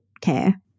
care